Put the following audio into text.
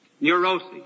neurosis